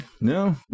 no